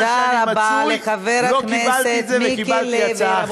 תודה רבה לחבר הכנסת מיקי לוי.